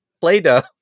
Play-Doh